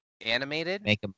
Animated